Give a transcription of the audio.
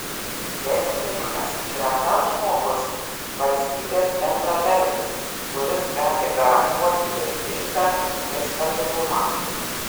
verslininkas yra tas žmogus valstybės bendradarbis kuris gali garantuoti jai iždą ir stabilumą